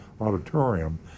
Auditorium